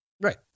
Right